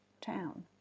town